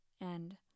And